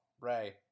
Ray